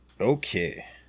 Okay